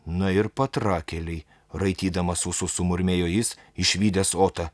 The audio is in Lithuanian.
na ir patrakėliai raitydamas ūsus sumurmėjo jis išvydęs otą